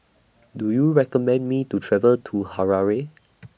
Do YOU recommend Me to travel to Harare